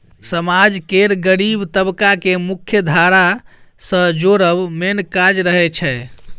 समाज केर गरीब तबका केँ मुख्यधारा सँ जोड़ब मेन काज रहय छै